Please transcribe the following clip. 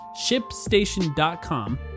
ShipStation.com